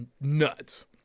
nuts